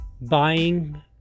buying